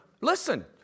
listen